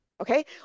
okay